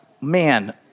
Man